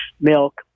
milk